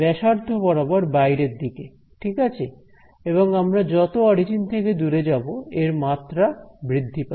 ব্যাসার্ধ বরাবর বাইরের দিকে ঠিক আছে এবং আমরা যত অরিজিন থেকে দূরে যাবো এর মাত্রা বৃদ্ধি পাবে